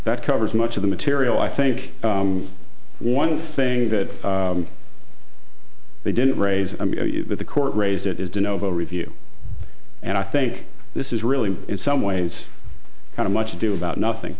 that covers much of the material i think one thing that they didn't raise with the court raised it is do novo review and i think this is really in some ways kind of much ado about nothing